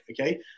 Okay